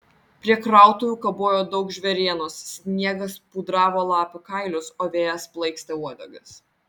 prie krautuvių kabojo daug žvėrienos sniegas pudravo lapių kailius o vėjas plaikstė uodegas